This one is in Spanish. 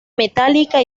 metálica